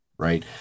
Right